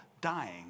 dying